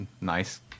nice